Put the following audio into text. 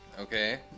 Okay